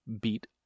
beat